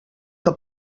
que